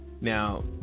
Now